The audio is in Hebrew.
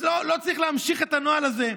לא צריך להמשיך את הנוהל הזה,